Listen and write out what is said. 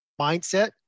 mindset